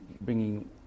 bringing